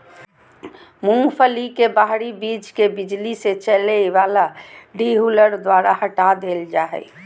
मूंगफली के बाहरी बीज के बिजली से चलय वला डीहुलर द्वारा हटा देल जा हइ